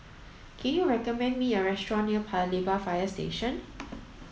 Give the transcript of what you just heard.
can you recommend me a restaurant near Paya Lebar Fire Station